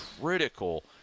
critical